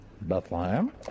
Bethlehem